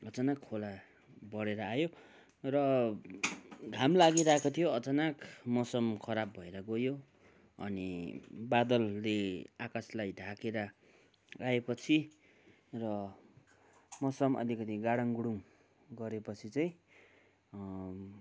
अचानक खोला बढेर आयो र घाम लागिरहेको थियो अचानक मौसम खराब भएर गयो अनि बादलले आकाशलाई ढाकेर आएपछि र मौसम अलिकति गाडाङ गुडुङ गरेपछि चाहिँ